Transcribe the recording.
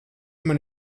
man